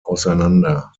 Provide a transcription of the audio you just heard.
auseinander